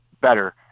better